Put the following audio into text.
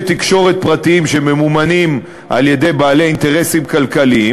תקשורת פרטיים שממומנים על-ידי בעלי אינטרסים כלכליים,